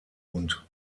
und